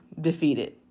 defeated